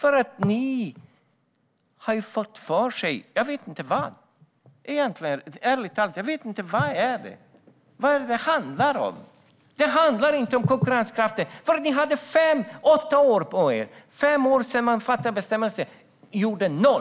Ärligt talat vet jag inte vad ni har fått för er. Vad handlar det om? Det handlar inte om konkurrenskraften. Ni hade åtta år på er, och det var fem år sedan som man införde en bestämmelse. Ni gjorde noll.